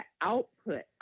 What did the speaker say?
output